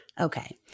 Okay